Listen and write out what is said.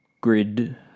grid